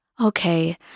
Okay